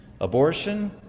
Abortion